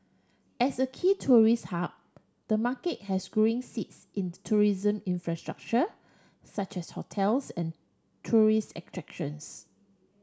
as a key tourist hub the market has growing needs in tourism infrastructure such as hotels and tourist attractions